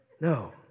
no